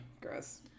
Gross